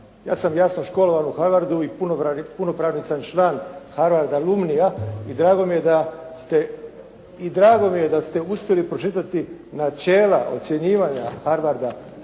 Ja sam jasno školovan u Harvardu i punopravni sam član Harvarda lumnia i drago mi je da ste uspjeli pročitati načela ocjenjivanja Harvarda i